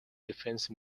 defense